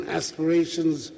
aspirations